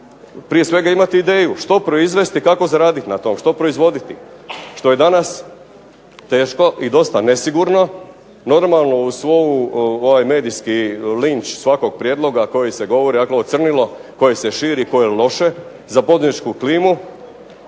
prije svega imati ideju što proizvesti, kako zaraditi na tom, što proizvoditi, što je danas teško i dosta nesigurno, normalno uz svu ovaj medijski linč svakog prijedloga koji se govori, dakle crnilo koje se širi, koje je loše za poduzetničku klimu,